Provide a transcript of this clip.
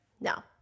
No